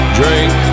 drink